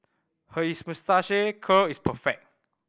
her is moustache curl is perfect